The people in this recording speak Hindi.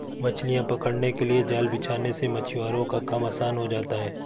मछलियां पकड़ने के लिए जाल बिछाने से मछुआरों का काम आसान हो जाता है